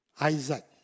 Isaac